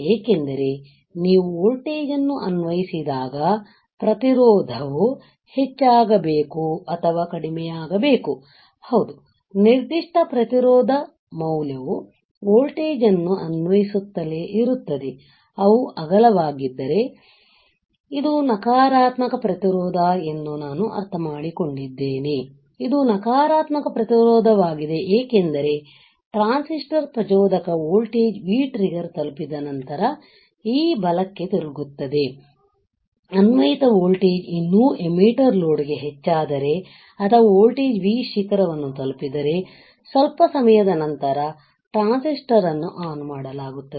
ಏಕೆಂದರೆ ನೀವು ವೋಲ್ಟೇಜ್ ನ್ನು ಅನ್ವಯಿಸಿದಾಗ ಪ್ರತಿರೋಧವು ಹೆಚ್ಚಾಗಬೇಕು ಅಥವಾ ಕಡಿಮೆಯಾಗಬೇಕು ಹೌದು ನಿರ್ದಿಷ್ಟ ಪ್ರತಿರೋಧ ಮೌಲ್ಯವು ವೋಲ್ಟೇಜ್ ಅನ್ನು ಅನ್ವಯಿಸುತ್ತಲೇ ಇರುತ್ತದೆ ಅವು ಅಗಲವಾಗಿದ್ದರೆ ಇದು ನಕಾರಾತ್ಮಕ ಪ್ರತಿರೋಧ ಎಂದು ನಾನು ಅರ್ಥಮಾಡಿಕೊಂಡಿದ್ದೇನೆ ಇದು ನಕಾರಾತ್ಮಕ ಪ್ರತಿರೋಧವಾಗಿದೆ ಏಕೆಂದರೆ ಟ್ರಾನ್ಸಿಸ್ಟರ್ ಪ್ರಚೋದಕ ವೋಲ್ಟೇಜ್ V trigger ತಲುಪಿದ ನಂತರ ಈಗ ಬಲಕ್ಕೆ ತಿರುಗುತ್ತದೆ ಅನ್ವಯಿತ ವೋಲ್ಟೇಜ್ ಇನ್ನೂ ಎಮ್ಮಿಟರ್ ಲೋಡ್ ಗೆ ಹೆಚ್ಚಾದರೆ ಅಥವಾ ವೋಲ್ಟೇಜ್ V ಶಿಖರವನ್ನು ತಲುಪಿದರೆ ಸ್ವಲ್ಪ ಸಮಯದ ನಂತರ ಟ್ರಾನ್ಸಿಸ್ಟರ್ ಅನ್ನು ಆನ್ ಮಾಡಲಾಗುತ್ತದೆ